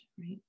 right